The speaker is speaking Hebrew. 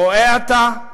רואה אתה?